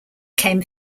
came